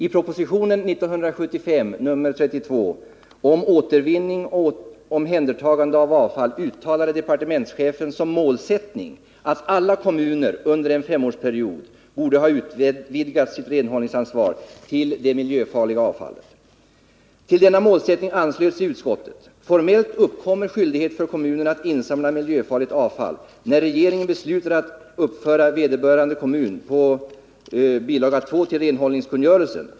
I propositionen 1975:32 om återvinning och omhändertagande av avfall uttalade departementschefen som en målsättning att alla kommuner under en femårsperiod borde ha utvidgat sitt renhållningsansvar till det miljöfarliga avfallet. Till denna målsättning anslöt sig utskottet. Formellt uppkommer skyldighet för kommunerna att uppsamla miljöfarligt avfall först när regeringen beslutar att uppföra vederbörande kommun på bil. 2 till renhållningskungörelsen.